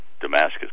Damascus